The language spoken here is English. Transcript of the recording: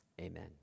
Amen